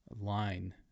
line